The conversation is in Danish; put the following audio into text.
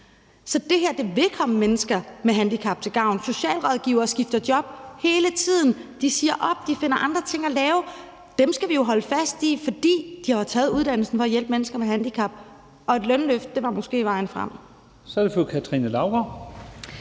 Så det her vil komme mennesker med handicap til gavn. Socialrådgivere skifter job hele tiden. De siger op, de finder andre ting at lave, og dem skal vi holde fast i, fordi de har taget uddannelsen for at hjælpe mennesker med handicap. Og et lønløft var måske vejen frem.